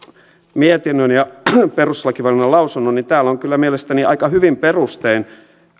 mietinnön ja perustuslakivaliokunnan lausunnon niin täällä on kyllä mielestäni aika hyvin perustein